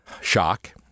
shock